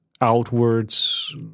outwards